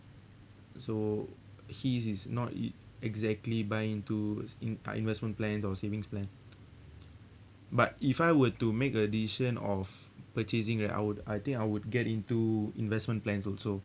so his is not e~ exactly buy into in uh investment plans or savings plan but if I were to make a decision of purchasing right I would I think I would get into investment plans also